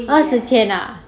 二十千 ah